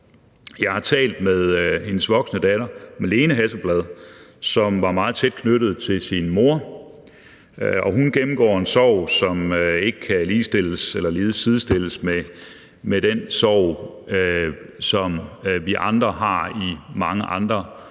Jeg har talt med hendes voksne datter, Malene Hasselblad, som var meget tæt knyttet til sin mor, og hun gennemgår en sorg, som ikke kan sidestilles med den sorg, som vi andre har i mange andre små